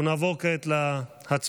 אנחנו נעבור כעת להצבעה.